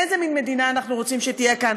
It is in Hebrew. איזה מין מדינה אנחנו רוצים שתהיה כאן.